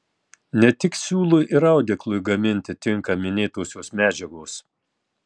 ne tik siūlui ir audeklui gaminti tinka minėtosios medžiagos